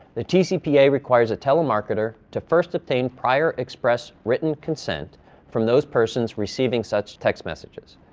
the tcpa requires a telemarketer to first obtain prior express written consent from those persons receiving such text messages.